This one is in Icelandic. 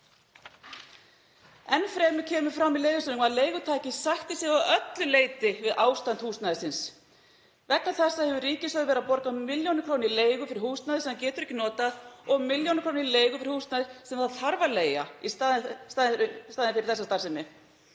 Enn fremur kemur fram í leigusamningnum að leigutaki sætti sig að öllu leyti við ástand húsnæðisins. Vegna þessa hefur ríkissjóður verið að borga milljónir króna í leigu fyrir húsnæði sem ríkið getur ekki notað og milljónir króna í leigu fyrir húsnæði sem það þarf að leigja í staðinn fyrir þessa starfsemi.